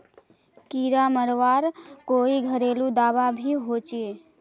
कीड़ा मरवार कोई घरेलू दाबा भी होचए?